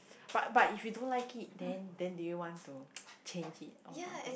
but but if you don't like it then then do you want to change it or something